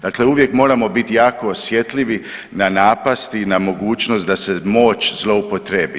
Dakle uvijek moramo biti jako osjetljivi na napasti, na mogućnost da se moć zloupotrijebi.